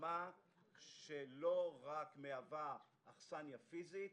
התאמה שלא רק מהווה אכסניה פיזית